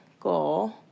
goal